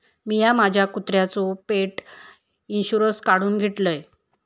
मिया माझ्या कुत्र्याचो पेट इंशुरन्स काढुन ठेवलय